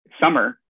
summer